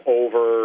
over